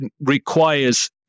requires